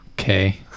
Okay